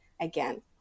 again